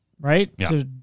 right